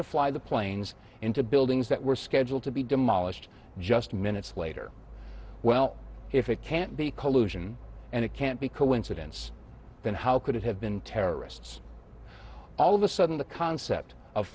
to fly the planes into buildings that were scheduled to be demolished just minutes later well if it can't be collusion and it can't be coincidence then how could it have been terrorists all of a sudden the concept of